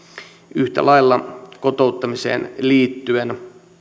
yhtä lailla kotouttamiseen liittyen